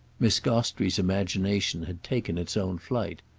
miss gostrey's imagination had taken its own flight.